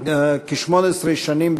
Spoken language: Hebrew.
כשמונה שנים,